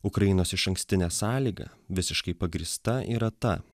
ukrainos išankstinė sąlyga visiškai pagrįsta yra ta